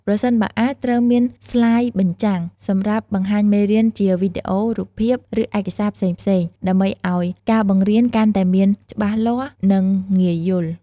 ប្រសិនបើអាចត្រូវមានស្លាយបញ្ចាំង សម្រាប់បង្ហាញមេរៀនជាវីដេអូ រូបភាព ឬឯកសារផ្សេងៗ ដើម្បីឲ្យការបង្រៀនកាន់តែមានច្បាស់លាស់ និងងាយយល់។